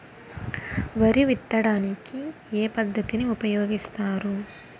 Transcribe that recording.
వరి విత్తడానికి ఏ పద్ధతిని ఉపయోగిస్తారు?